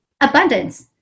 abundance